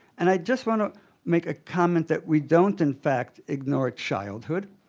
and i just want to make a comment that we don't, in fact, ignore childhood